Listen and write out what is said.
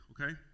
okay